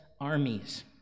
armies